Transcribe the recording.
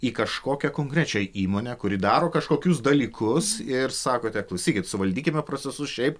į kažkokią konkrečią įmonę kuri daro kažkokius dalykus ir sakote klausykit suvaldykime procesus šiaip